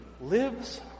lives